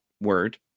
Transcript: word